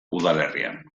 udalerrian